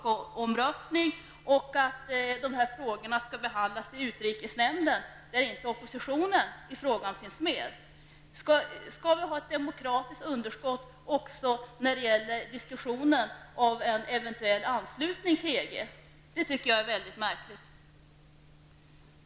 Är det därför som utrikesministern tycker att de här frågorna skall behandlas i utrikesnämnden, där oppositionen i frågan inte finns med? Skall vi ha ett demokratiskt underskott också i diskussionen om en eventuell anslutning till EG? Det tycker jag i så fall är märkligt.